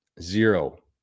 zero